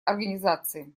организации